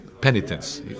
penitence